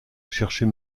chercher